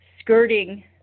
skirting